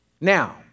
Now